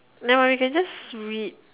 then we can just read